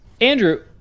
Andrew